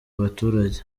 abaturage